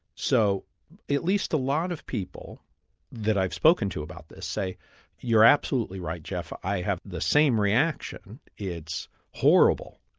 so at least a lot of people that i've spoken to about this, say you're absolutely right, geoff, i have the same reaction. it's horrible,